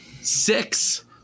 Six